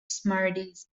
smarties